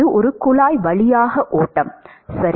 அது ஒரு குழாய் வழியாக ஓட்டம் சரி